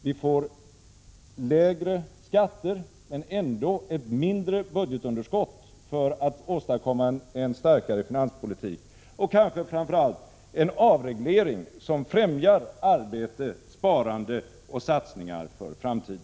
Vi får lägre skatter men ändå ett mindre budgetunderskott, för att kunna åstadkomma en starkare finanspolitik, och kanske framför allt en avreglering som främjar arbete, sparande och satsningar för framtiden.